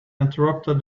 interrupted